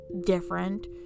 different